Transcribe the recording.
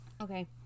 Okay